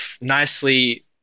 nicely